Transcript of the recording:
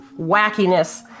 wackiness